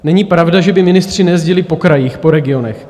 Není pravda, že by ministři nejezdili po krajích, po regionech.